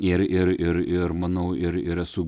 ir ir ir ir manau ir ir esu